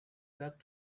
back